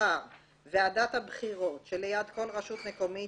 תבחר ועדת הבחירות שליד כל רשות מקומית,